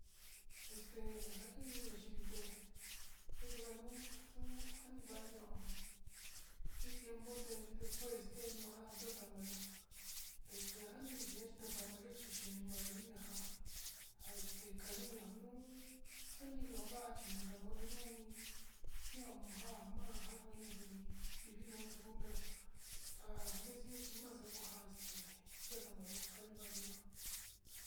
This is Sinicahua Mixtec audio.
Este ndain ñaivi ndé yota'a vanuu njaniva inio iin tiempo té despueste té iin nionjan xa'a mayo este anine xhiniataxa mayo chi xhin mayo ina njan nja este kaninia nuu njaninovachi naxandote yunii exkia ma'a njako inindifi asta mo'o pero ha dexhinia chi maxanguja te ndaxa mayo kaniva nino.